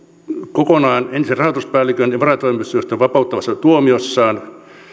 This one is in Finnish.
kokonaan rahoituspäällikön ja varatoimitusjohtajan vapauttavassa tuomiossaan